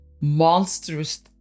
monstrous